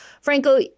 Franco